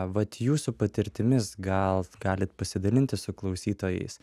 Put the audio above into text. vat jūsų patirtimis gal galit pasidalinti su klausytojais